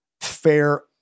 fair